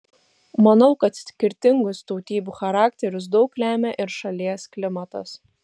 manau kad skirtingus tautybių charakterius daug lemia ir šalies klimatas